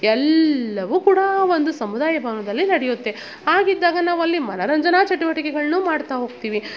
ಎಲ್ಲವು ಕೂಡ ಒಂದು ಸಮುದಾಯ ಭವನದಲ್ಲಿ ನಡೆಯುತ್ತೆ ಹಾಗಿದ್ದಾಗ ನಾವಲ್ಲಿ ಮನರಂಜನಾ ಚಟುವಟಿಕೆಗಳನ್ನು ಮಾಡ್ತಾ ಹೋಗ್ತೀವಿ